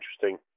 interesting